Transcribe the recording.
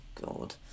God